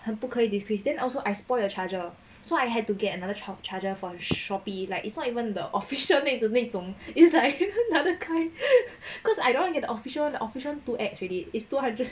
很不可以 decrease then also I spoil your charger so I had to get another child charger from shopee like it's not even the official made 的内种 is like another kind cause I don't want get the official [one] the official [one] too ex already is two hundred